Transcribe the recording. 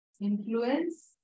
influence